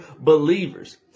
believers